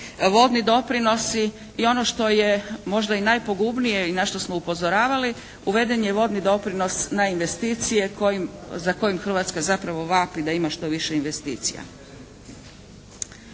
vodni doprinosi i ono što je možda i najpogubnije i na što smo upozoravali uveden je vodni doprinos na investicije kojim, za kojim Hrvatska zapravo vapi da ima što više investicija.